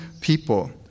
people